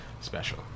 special